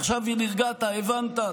עכשיו אם נרגעת, הבנת.